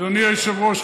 אדוני היושב-ראש,